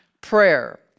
prayer